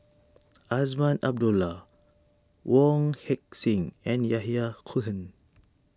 Azman Abdullah Wong Heck Sing and Yahya Cohen